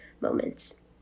moments